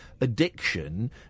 addiction